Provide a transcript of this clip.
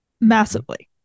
massively